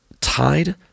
tied